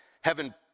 heaven